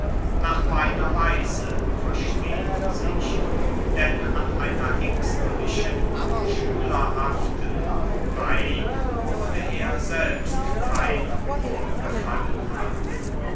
nach meiner weise versteht sich denn an einer ängstlichen schülerhaften kopey würde er selbst kein wohlgefallen haben